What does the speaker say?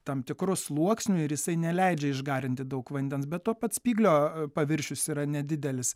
tam tikru sluoksniu ir jisai neleidžia išgarinti daug vandens be to pats spyglio paviršius yra nedidelis